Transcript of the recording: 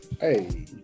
Hey